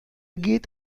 geht